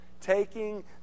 taking